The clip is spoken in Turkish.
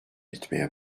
etmeye